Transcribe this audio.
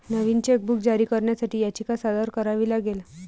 नवीन chequebook जारी करण्यासाठी याचिका सादर करावी लागेल